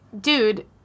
dude